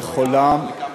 זה חולם.